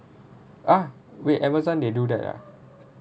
ah wait Amazon they do that ah